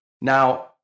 Now